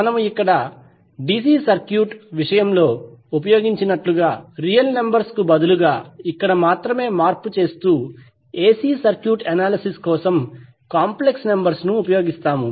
మనము ఇక్కడ DC circuit విషయంలో ఉపయోగించినట్లుగా రియల్ నంబర్స్ కు బదులుగా ఇక్కడ మాత్రమే మార్పు చేస్తూ ఎసి సర్క్యూట్ అనాలిసిస్ కోసం కాంప్లెక్స్ నంబర్స్ ను ఉపయోగిస్తాము